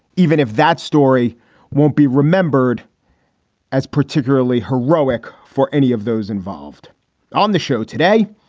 even if that story won't be remembered as particularly heroic for any of those involved on the show today.